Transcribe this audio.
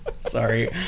Sorry